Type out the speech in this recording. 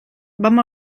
vam